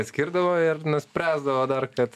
skirdavo ir nuspręsdavo dar kad